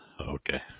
okay